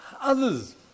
others